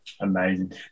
amazing